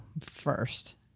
first